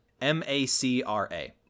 M-A-C-R-A